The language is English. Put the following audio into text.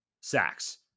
sacks